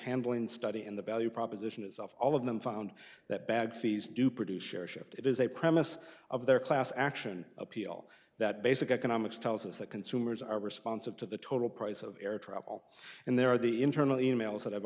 handling study and the value proposition itself all of them found that bad fees do produce share shift it is a premise of their class action appeal that basic economics tells us that consumers are responsive to the total price of air travel and there are the internal e mails that i've